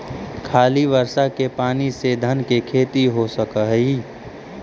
खाली बर्षा के पानी से धान के खेती हो सक हइ?